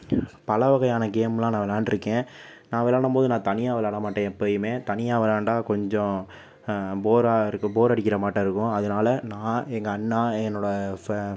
பலவகையான கேமெலாம் நான் வெளாண்ட்டுருக்கேன் நான் வெளாடும் போது நான் தனியாக வெளாட மாட்டேன் எப்போயுமே தனியாக வெளையாண்டா கொஞ்சம் போராக இருக்கும் போர் அடிக்கிற மாட்டம் இருக்கும் அதனால நான் எங்கள் அண்ணா என்னோடய ஃப்ரெண்ட்ஸ்